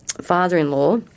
father-in-law